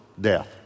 death